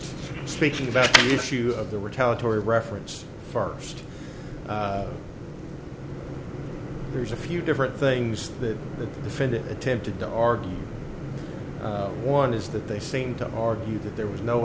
speaking about the issue of the retaliatory reference first there's a few different things that the defendant attempted to argue one is that they seem to argue that there was no